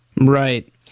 Right